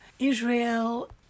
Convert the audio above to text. Israel